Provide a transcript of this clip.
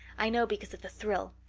i know because of the thrill.